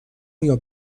ایا